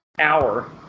hour